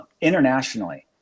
internationally